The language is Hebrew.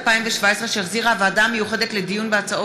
התשע"ז 2017, שהחזירה הוועדה המיוחדת לדיון בהצעת